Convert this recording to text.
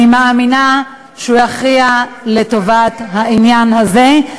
אני מאמינה שהוא יכריע לטובת העניין הזה,